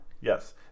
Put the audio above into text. Yes